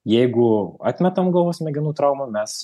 jeigu atmetam galvos smegenų traumą mes